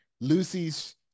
Lucy's